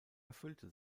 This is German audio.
erfüllte